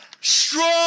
strong